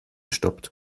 stoppt